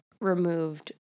removed